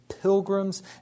pilgrims